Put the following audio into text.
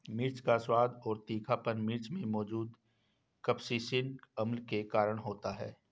मिर्च का स्वाद और तीखापन मिर्च में मौजूद कप्सिसिन अम्ल के कारण होता है